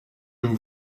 vous